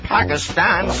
Pakistan